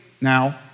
now